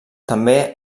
també